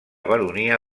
baronia